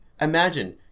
imagine